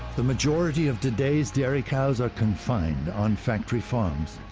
the majority of today's dairy cows are confined on factory farms.